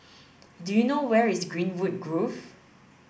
do you know where is Greenwood Grove